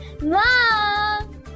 Mom